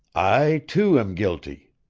i, too, am guilty.